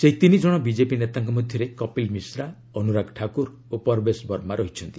ସେହି ତିନି ଜଣ ବିଜେପି ନେତାଙ୍କ ମଧ୍ୟରେ କପିଲ ମିଶ୍ରା ଅନୁରାଗ ଠାକୁର ଓ ପରବେଶ ବର୍ମା ରହିଛନ୍ତି